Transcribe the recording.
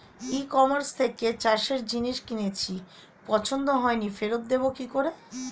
ই কমার্সের থেকে চাষের জিনিস কিনেছি পছন্দ হয়নি ফেরত দেব কী করে?